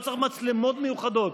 לא צריך מצלמות מיוחדות.